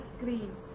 screen